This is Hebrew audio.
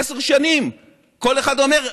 עשר שנים כל אחד אומר: